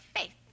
faith